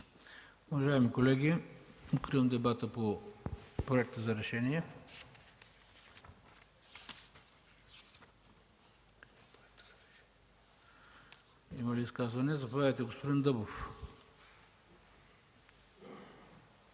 Уважаеми колеги, откривам дебата по проекта за решение. Думата за изказване има господин Дъбов.